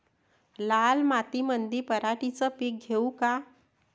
लाल मातीमंदी पराटीचे पीक घेऊ का?